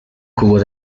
cubo